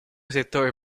settore